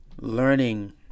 learning